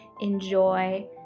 enjoy